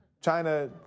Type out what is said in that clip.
China